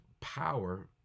power